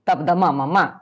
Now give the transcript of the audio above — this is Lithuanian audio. tapdama mama